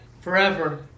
forever